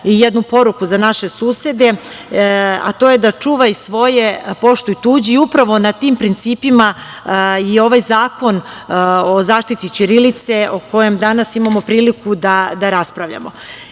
i jednu poruku za naše susede, a to je – čuvaj svoje i poštuj tuđe. I upravo na tim principima je ovaj zakon o zaštiti ćirilice, o kojem danas imamo priliku da raspravljamo. Kao